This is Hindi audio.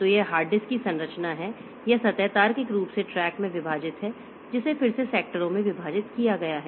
तो यह हार्ड डिस्क की संरचना है यह सतह तार्किक रूप से ट्रैक में विभाजित है और जिसे फिर से सेक्टरों में विभाजित किया गया है